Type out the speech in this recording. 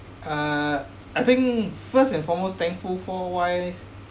uh I think first and foremost thankful for wise